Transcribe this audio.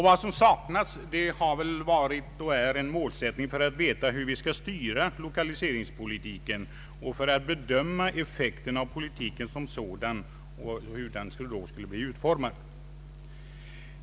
Vad som saknats har varit och är en målsättning för att veta hur vi skall styra lokaliseringspolitiken och för att bedöma effekten av politiken sådan den har blivit utformad.